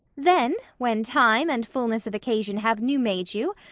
then when time, and fulness of occasion have new made you,